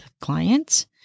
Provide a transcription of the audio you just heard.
clients